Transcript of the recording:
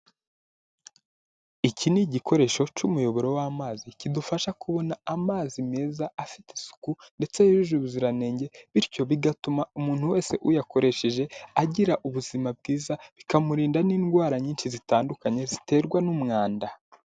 Iki ni igikoresho cy'umuyoboro w'amazi kidufasha kubona amazi meza afite isuku ndetse yujuje ubuziranenge, bityo bigatuma umuntu wese uyakoresheje agira ubuzima bwiza bikamurinda n'indwara nyinshi zitandukanye ziterwa n'umwanda.